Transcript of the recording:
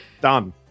done